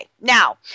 Now